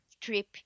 trip